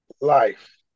life